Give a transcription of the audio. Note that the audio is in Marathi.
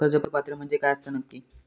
कर्ज पात्र म्हणजे काय असता नक्की?